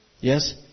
Yes